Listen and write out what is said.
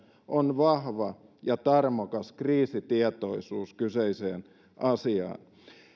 on vahva ja tarmokas kriisitietoisuus kyseisestä asiasta